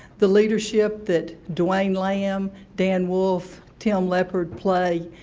the leadership that dwayne lamb, dan wolfe, tim leopard play.